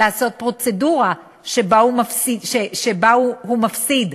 לעשות פרוצדורה שבה הוא מפסיד,